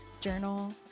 journal